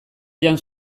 jan